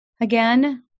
Again